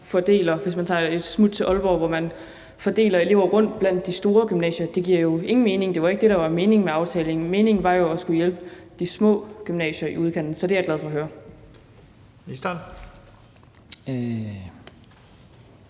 man se, hvis man tager et smut til Aalborg – rundt blandt de store gymnasier. Det giver ingen mening. Det var jo ikke det, der var meningen med aftalen; meningen var at hjælpe de små gymnasier i udkanten. Så jeg er glad for at høre svaret.